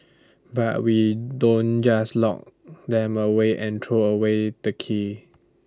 but we don't just lock them away and throw away the key